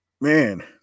Man